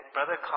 Brother